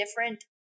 different